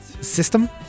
system